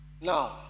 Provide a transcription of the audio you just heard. Now